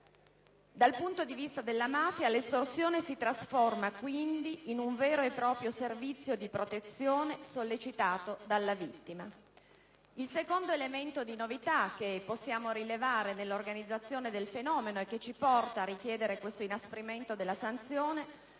Dal punto di vista della mafia l'estorsione si trasforma quindi in un vero e proprio servizio di protezione sollecitato dalla vittima. Il secondo elemento di novità che possiamo rilevare nell'organizzazione del fenomeno e che ci porta a richiedere questo inasprimento della sanzione è